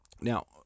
now